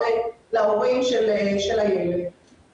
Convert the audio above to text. למטופל איזו שהיא מעטפת גם אם היא לא באחריות ישירה שלנו.